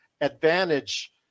advantage